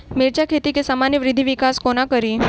मिर्चा खेती केँ सामान्य वृद्धि विकास कोना करि?